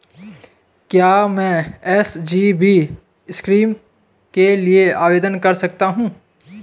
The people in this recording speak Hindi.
क्या मैं एस.जी.बी स्कीम के लिए आवेदन कर सकता हूँ?